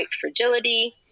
Fragility